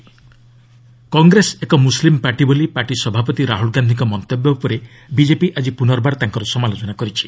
BJP Rahul Congress ଏକ ମୁସଲିମ୍ party ବୋଲି ପାର୍ଟି ସଭାପତି ରାହୁଲ୍ ଗାନ୍ଧିଙ୍କ ମନ୍ତବ୍ୟ ଉପରେ ବିଜେପି ଆଜି ପୁନର୍ବାର ତାଙ୍କର ସମାଲୋଚନା କରିଛି